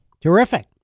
Terrific